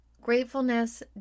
Gratefulness